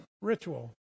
ritual